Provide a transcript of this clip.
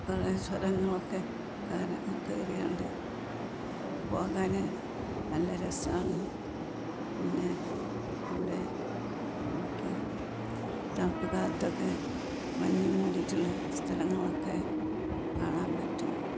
കുറേ സലങ്ങളൊക്കെ കയറിക്കൊണ്ട് പോകാൻ നല്ല രസമാണ് പിന്നെ അവിടെ നമുക്ക് തണുപ്പുകാലത്തൊക്കെ മഞ്ഞുമൂടിയിട്ടുള്ള സ്ഥലങ്ങളൊക്കെ കാണാൻ പറ്റും